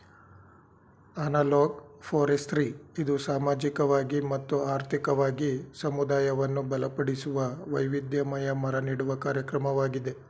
analog forestry ಇದು ಸಾಮಾಜಿಕವಾಗಿ ಮತ್ತು ಆರ್ಥಿಕವಾಗಿ ಸಮುದಾಯವನ್ನು ಬಲಪಡಿಸುವ, ವೈವಿಧ್ಯಮಯ ಮರ ನೆಡುವ ಕಾರ್ಯಕ್ರಮವಾಗಿದೆ